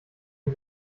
die